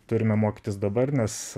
turime mokytis dabar nes